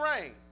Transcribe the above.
rain